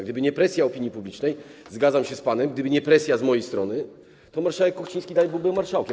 Gdyby nie presja opinii publicznej, zgadzam się z panem, gdyby nie presja z mojej strony, to marszałek Kuchciński dalej byłby marszałkiem.